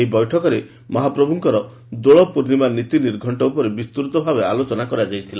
ଏହି ବୈଠକରେ ମହାପ୍ରଭୁଙ୍କ ଦୋଳପୂର୍ଣ୍ଣିମା ନୀତି ନିର୍ଘକ୍ଷ ଉପରେ ବିସ୍ତୃତରେ ଆଲୋଚନା କରାଯାଇଥିଲା